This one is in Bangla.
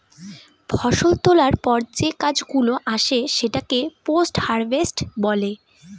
ফষল তোলার পর যে কাজ গুলো আসে সেটাকে পোস্ট হারভেস্ট বলে